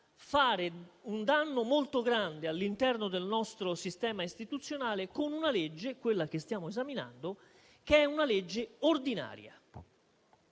causare un danno molto grande, all'interno del nostro sistema istituzionale, con una legge - quella che stiamo esaminando - che è ordinaria.